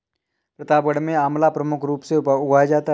प्रतापगढ़ में आंवला प्रमुख रूप से उगाया जाता है